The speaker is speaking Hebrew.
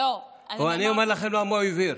אני אומר לכם למה הוא הבהיר.